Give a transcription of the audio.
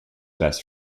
best